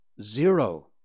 zero